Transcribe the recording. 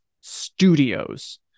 studios